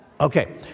Okay